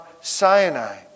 Sinai